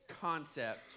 concept